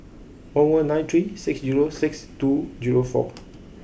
one one nine three six zero six two zero four